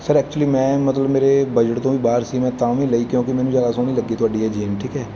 sir actually ਮੈਂ ਮਤਲਬ ਮੇਰੇ ਬਜਟ ਤੋਂ ਵੀ ਬਾਹਰ ਸੀ ਮੈਂ ਤਾਂ ਵੀ ਲਈ ਕਿਉਂਕਿ ਮੈਨੂੰ ਜ਼ਿਆਦਾ ਸੋਹਣੀ ਲੱਗੀ ਤੁਹਾਡੀ ਇਹ ਜੀਨ ਠੀਕ ਹੈ